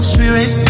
Spirit